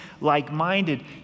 like-minded